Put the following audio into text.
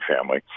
family